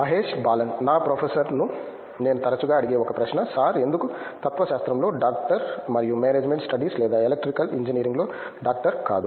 మహేష్ బాలన్ నా ప్రొఫెసర్ను నేను తరచుగా అడిగే ఒక ప్రశ్న సార్ ఎందుకు తత్వశాస్త్రంలో డాక్టర్ మరియు మేనేజ్మెంట్ స్టడీస్ లేదా ఎలక్ట్రికల్ ఇంజనీరింగ్లో డాక్టర్ కాదు